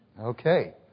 Okay